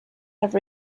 have